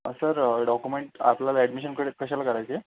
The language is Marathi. सर डॉक्युमेंट आपल्याला ॲडमिशनकडे कशाला करायची आहे